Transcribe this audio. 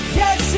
yes